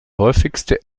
häufigste